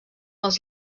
els